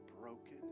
broken